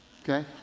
okay